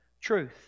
truth